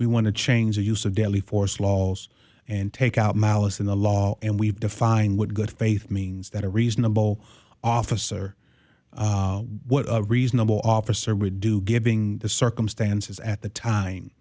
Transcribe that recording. we want to change the use of deadly force laws and take out malice in the law and we've defined what good faith means that a reasonable officer what a reasonable officer would do giving the circumstances at the time